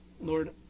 Lord